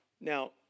Now